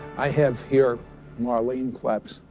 i have here marlene klepees.